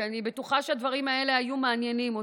כי אני בטוחה שהדברים האלה היו מעניינים אותו,